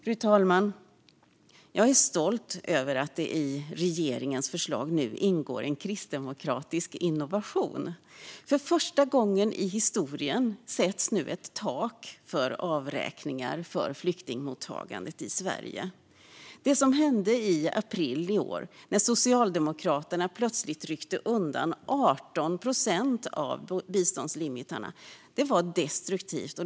Fru talman! Jag är stolt över att det i regeringens förslag nu ingår en kristdemokratisk innovation. För första gången i historien sätts ett tak för avräkningar för flyktingmottagandet i Sverige. Det som hände i april i år när Socialdemokraterna plötsligt ryckte undan 18 procent av de så kallade biståndslimitarna var destruktivt.